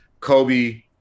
Kobe